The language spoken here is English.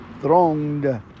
thronged